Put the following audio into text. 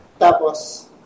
Tapos